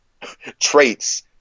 traits